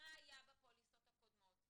מה היה בפוליסות הקודמות,